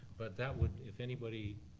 but that would, if anybody.